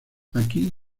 aquí